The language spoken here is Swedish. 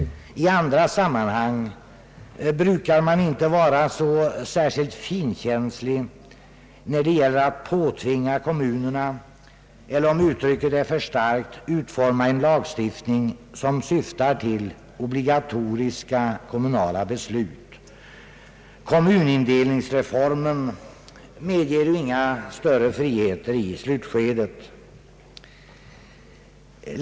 I andra sammanhang brukar man inte vara särskilt finkänslig när det gäller att påtvinga kommunerna något eller — om uttrycket är för starkt — utforma en lagstiftning som syftar till obligatoriska kommunala beslut. Kommunindelningsreformen medger ju inga större friheter i slutskedet.